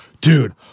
dude